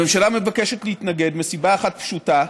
הממשלה מבקשת להתנגד מסיבה אחת פשוטה,